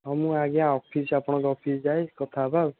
ହଉ ମୁଁ ଆଜ୍ଞା ଅଫିସ୍ ଆପଣଙ୍କ ଅଫିସ୍ ଯାଏ କଥା ହେବା ଆଉ